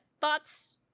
thoughts